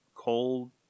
cold